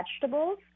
vegetables